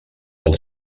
del